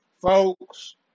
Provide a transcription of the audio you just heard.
Folks